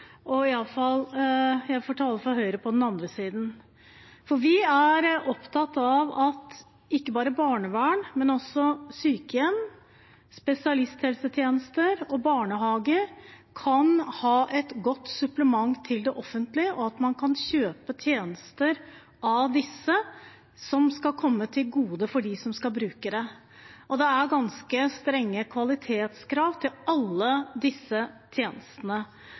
og Høyre – jeg får tale for Høyre – på den andre siden. Vi er opptatt av at det ikke bare er innen barnevern, men at også private sykehjem, spesialisthelsetjenester og barnehager kan være et godt supplement til det offentlige, og at man kan kjøpe tjenester av disse, som skal komme de som skal bruke det, til gode. Det er ganske strenge kvalitetskrav til alle disse tjenestene,